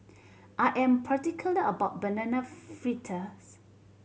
I am particular about Banana Fritters